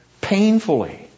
painfully